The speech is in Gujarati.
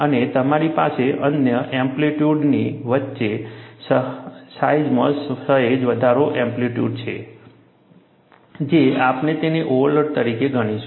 અને તમારી પાસે સામાન્ય એમ્પ્લિટ્યૂડની વચ્ચે સાઈજમાં સહેજ વધારે એમ્પ્લિટ્યૂડ છે જે આપણે તેને ઓવરલોડ તરીકે ગણીશું